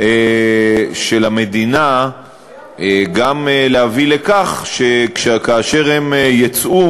של המדינה גם להביא לכך שכאשר הם יצאו